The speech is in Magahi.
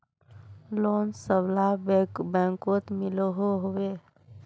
लोन सबला बैंकोत मिलोहो होबे?